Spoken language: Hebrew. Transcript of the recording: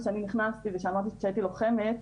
כשאני נכנסתי ואמרתי שהייתי לוחמת,